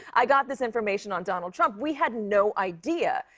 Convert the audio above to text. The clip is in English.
i got this information on donald trump. we had no idea.